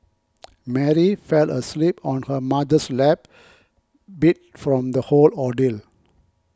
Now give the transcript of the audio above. Mary fell asleep on her mother's lap beat from the whole ordeal